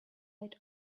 right